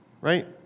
right